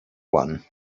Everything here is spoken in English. one